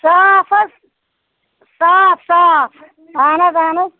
صاف حظ صاف صاف اَہَن حظ اَہَن حظ